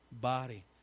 body